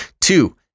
Two